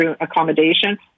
accommodation